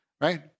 right